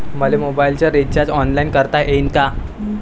मले मोबाईलच recharge online करता येईन का?